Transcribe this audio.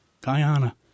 Guyana